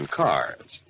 cars